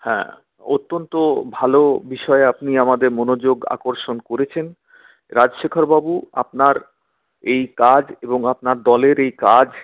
হ্যাঁ অত্যন্ত ভালো বিষয়ে আপনি আমাদের মনোযোগ আকর্ষণ করেছেন রাজশেখরবাবু আপনার এই কাজ এবং আপনার দলের এই কাজ